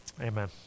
Amen